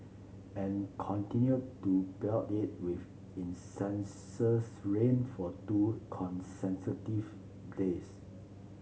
and continued to pelt it with incessant rain for two consecutive days